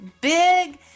big